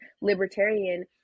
libertarian